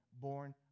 born